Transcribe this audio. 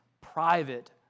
private